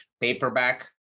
paperback